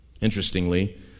Interestingly